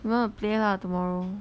you want to play lah tomorrow